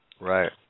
Right